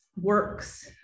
works